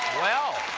well,